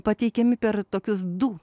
pateikiami per tokius du